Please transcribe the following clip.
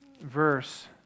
verse